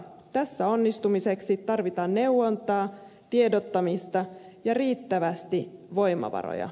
tässä onnistumiseksi tarvitaan neuvontaa tiedottamista ja riittävästi voimavaroja